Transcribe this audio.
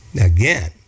Again